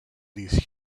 these